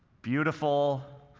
beautiful,